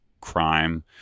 crime